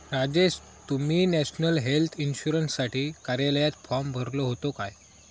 राजेश, तुम्ही national health इन्शुरन्ससाठी कार्यालयात फॉर्म भरलो होतो काय?